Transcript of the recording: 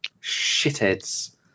Shitheads